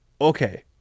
okay